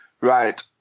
Right